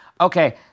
okay